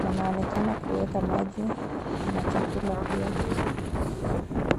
Wanaonekana kuweka maji na chakula pia.